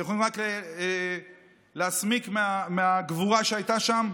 אתם יכולים רק להסמיק מהגבורה שהייתה שם.